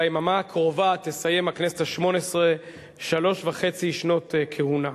ביממה הקרובה תסיים הכנסת השמונה-עשרה שלוש וחצי שנות כהונה.